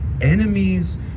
enemies